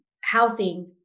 housing